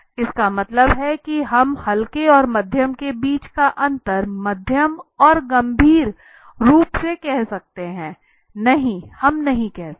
इसका मतलब है कि हम हल्के और मध्यम के बीच का अंतर मध्यम और गंभीर रूप में कह सकते है नहीं हम नहीं कह सकते